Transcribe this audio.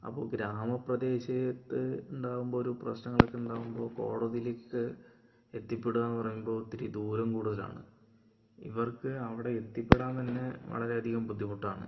അപ്പോൾ ഗ്രാമ പ്രദേശത്ത് ഉണ്ടാകുമ്പോൾ ഒരു പ്രശ്നങ്ങളൊക്കെ ഉണ്ടാകുമ്പോൾ കോടതീലേക്കെക്കേ എത്തിപ്പെടുകാന്നു പറയുമ്പോൾ ഇത്തിരി ദൂരം കൂടുതലാണ് ഇവർക്ക് അവടെ എത്തിപ്പെടാൻ തന്നെ വളരെ അധികം ബുദ്ധിമുട്ടാണ്